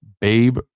Babe